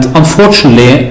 unfortunately